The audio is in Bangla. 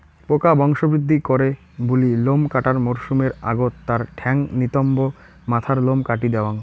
পোকা বংশবৃদ্ধি করে বুলি লোম কাটার মরসুমের আগত তার ঠ্যাঙ, নিতম্ব, মাথার লোম কাটি দ্যাওয়াং